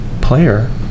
Player